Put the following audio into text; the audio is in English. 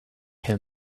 him